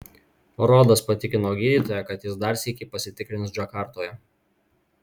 rodas patikino gydytoją kad jis dar sykį pasitikrins džakartoje